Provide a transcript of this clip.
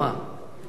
הפרוצדורה היא שאתה